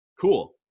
Cool